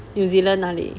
new zealand 哪里